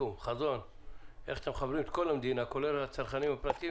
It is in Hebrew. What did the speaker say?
חברות החלוקה עוברות כאן מדורי גיהינום בפועל כדי להצליח להגיע כי